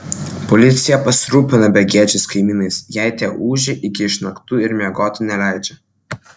policija pasirūpina begėdžiais kaimynais jei tie ūžia iki išnaktų ir miegoti neleidžia